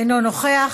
אינו נוכח,